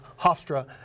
Hofstra